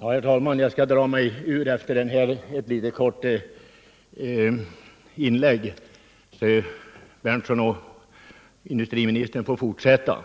Herr talman! Jag skall dra mig ur debatten efter ett kort inlägg. Herr Berndtson och industriministern får fortsätta om de önskar,